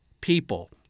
people